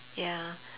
ya